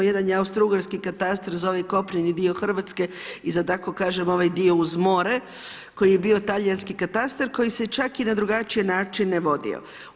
Jedan je austro-ugarski katastar za ovaj kopneni dio Hrvatske i za tako kažem ovaj dio uz more koji je bio talijanski katastar koji se čak i na drugačije načine vodio.